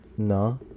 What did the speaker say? No